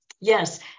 yes